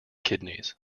kidneys